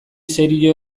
serio